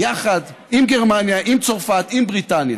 יחד עם גרמניה, עם צרפת, עם בריטניה,